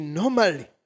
normally